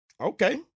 Okay